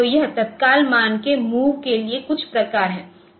तो यह तत्काल मान के मूव के लिए कुछ प्रकार है